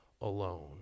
alone